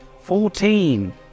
Fourteen